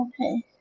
okay